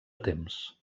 temps